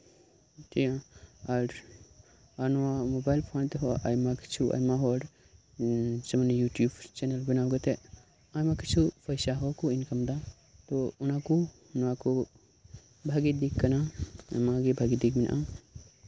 ATM ᱟᱨ ᱱᱚᱣᱟ mobile phone ᱛᱮᱦᱚᱸ ᱟᱭᱢᱟ ᱠᱤᱪᱷᱩ ᱟᱭᱢᱟ ᱦᱚᱲ ᱡᱮᱢᱚᱱ ᱤᱭᱩᱴᱩᱵᱽ ᱪᱮᱢᱱᱮᱞ ᱵᱮᱱᱟᱣ ᱠᱟᱛᱮᱫ ᱟᱭᱢᱟ ᱠᱤᱪᱷᱩ ᱯᱚᱭᱥᱟ ᱦᱚᱸᱠᱚ ᱤᱱᱠᱟᱢ ᱮᱫᱟ ᱛᱳ ᱱᱚᱣᱟ ᱠᱚ ᱚᱱᱟ ᱠᱚ ᱵᱷᱟᱹᱜᱤ ᱫᱤᱠ ᱠᱟᱱᱟ ᱵᱷᱟᱹᱜᱤ ᱫᱤᱠ ᱢᱮᱱᱟᱜᱼᱟ